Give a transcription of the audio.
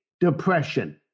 depression